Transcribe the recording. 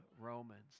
Romans